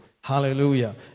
Hallelujah